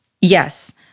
Yes